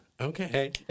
Okay